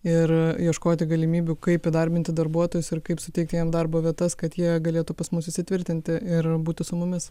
ir ieškoti galimybių kaip įdarbinti darbuotojus ir kaip suteikti jiem darbo vietas kad jie galėtų pas mus įsitvirtinti ir būtų su mumis